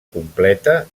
completa